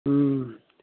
हुँ